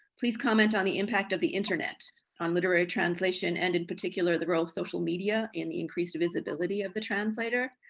please comment on the impact of the internet on literary translation and in particular the role of social media in the increased visibility of the translator,